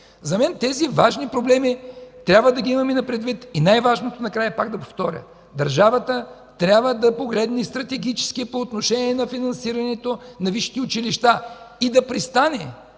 За мен тези важни проблеми трябва да ги имаме предвид. И най-важното, накрая, пак да повторя – държавата трябва да погледне стратегически по отношение на финансирането на висшите училища и да престане